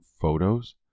photos